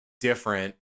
different